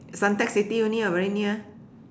Suntec City only [what] very near